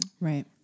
Right